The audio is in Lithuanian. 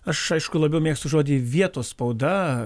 aš aišku labiau mėgstu žodį vietos spauda